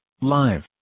live